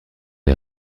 des